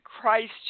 Christ